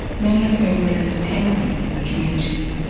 many of whom live independently in the community.